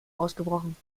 ausgebrochen